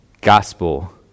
gospel